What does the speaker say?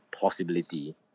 possibility